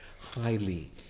highly